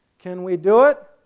can we do it?